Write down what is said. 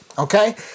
Okay